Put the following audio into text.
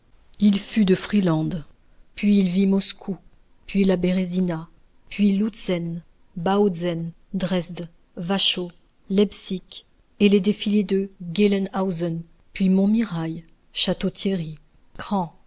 il fut de friedland puis il vit moscou puis la bérésina puis lutzen bautzen dresde wachau leipsick et les défilés de gelenhausen puis montmirail château-thierry craon